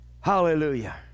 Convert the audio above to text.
Hallelujah